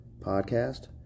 podcast